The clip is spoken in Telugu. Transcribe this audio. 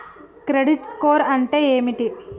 క్రెడిట్ స్కోర్ అంటే ఏమిటి?